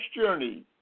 journey